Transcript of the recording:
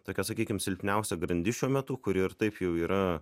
tokia sakykim silpniausia grandis šiuo metu kuri ir taip jau yra